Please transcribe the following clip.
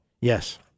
Yes